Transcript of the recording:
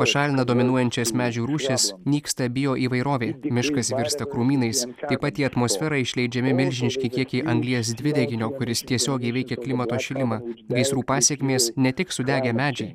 pašalina dominuojančias medžių rūšis nyksta bijo įvairovei miškas virsta krūmynais ir pati atmosfera išleidžiami milžiniški kiekiai anglies dvideginio kuris tiesiogiai veikia klimato šilimą gaisrų pasekmės ne tik sudegę medžiai